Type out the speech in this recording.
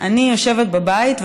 אני יושבת בבית,